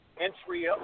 entry